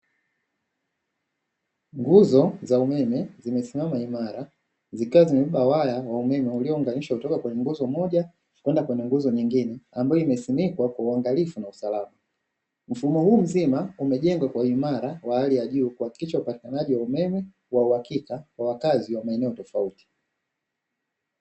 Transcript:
Nguzo za umeme zimesimama imara zikiwa zimebeba waya wa umeme uliounganishwa kutoka kwenye nguzo moja kwenda kwenye nguzo nyingine, ambayo imesimikwa kwa uangalifu na usalamu, mfumo huu mzima umejengwa kwa uimara wa hali ya juu kuhakikisha upatikanaji wa umeme wa uhakika kwa wakazi wa maeneo tofauti.